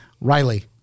Riley